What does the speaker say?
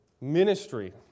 ministry